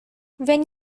when